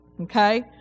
Okay